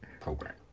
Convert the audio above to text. program